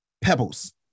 pebbles